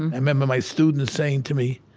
and i remember my students saying to me,